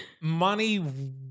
money